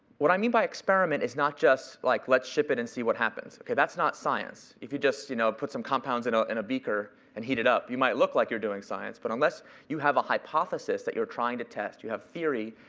what i mean by experiment is not just like let's ship it and see what happens, ok? that's not science. if you just you know put some compounds in ah and a beaker and heat it up, you might look like you're doing science. but unless you have a hypothesis that you're trying to test, you have theory,